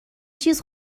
چیز